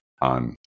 on